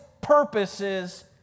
purposes